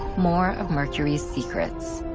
more of mercury's secrets.